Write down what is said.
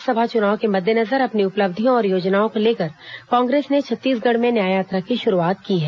लोकसभा चुनाव के मद्देनजर अपनी उपलब्धियों और योजनाओं को लेकर कांग्रेस ने छत्तीसगढ़ में न्याय यात्रा की शुरूआत की है